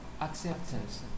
acceptance